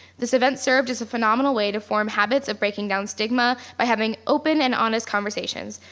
this event served as a phenomenal way to form habits of breaking down stigma by having open and honest conversations,